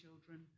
children